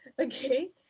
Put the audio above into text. Okay